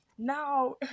now